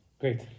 great